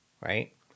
Right